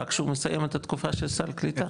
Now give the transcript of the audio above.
רק שהוא מסיים את התקופה של סל הקליטה.